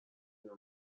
اینا